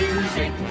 Music